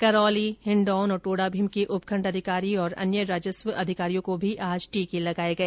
करौली हिंडौन और टोडाभीम के उपखंड अधिकारी और अन्य राजस्व अधिकारियों को भी आज टीके लगाए गए